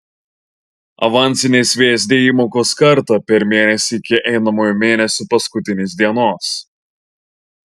avansinės vsd įmokos kartą per mėnesį iki einamojo mėnesio paskutinės dienos